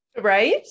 Right